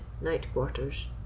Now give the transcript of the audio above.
night-quarters